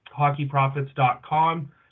hockeyprofits.com